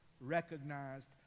recognized